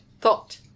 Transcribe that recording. thought